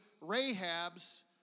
Rahab's